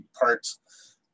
parts